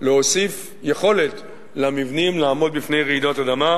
להוסיף יכולת למבנים לעמוד בפני רעידות אדמה.